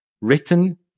written